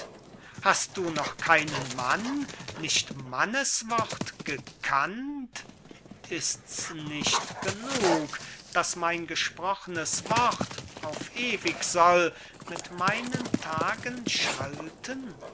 hast du noch keinen mann nicht mannes wort gekannt ist's nicht genug daß mein gesprochnes wort auf ewig soll mit meinen tagen schalten